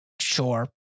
sure